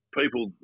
people